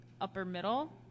upper-middle